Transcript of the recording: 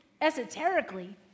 esoterically